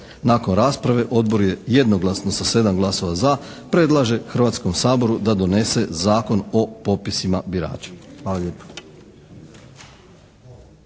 Nakon rasprave Odbor je jednoglasno sa 7 glasova za predlaže Hrvatskom saboru da donese Zakon o popisima birača.